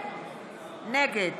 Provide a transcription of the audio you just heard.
נגד